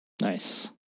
Nice